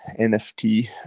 NFT